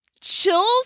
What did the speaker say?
Chills